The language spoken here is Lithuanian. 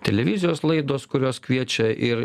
televizijos laidos kurios kviečia ir